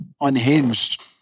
unhinged